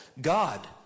God